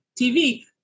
TV